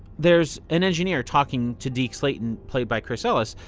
there's an engineer talking to deke slayton, played by chris ellis